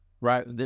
right